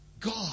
God